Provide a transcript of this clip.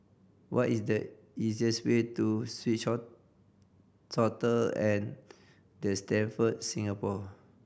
what is the easiest way to The Stamford Singapore